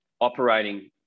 operating